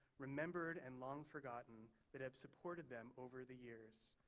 remembered and long forgotten that have supported them over the years.